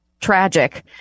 tragic